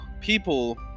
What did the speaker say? people